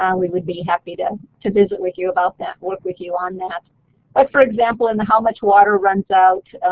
um we would be happy to to visit with you about that, work with you on that but for example in the how much water runs out?